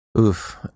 Oof